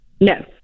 no